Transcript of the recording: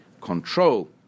control